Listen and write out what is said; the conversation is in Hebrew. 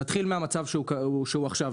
נתחיל מהמצב שקיים עכשיו,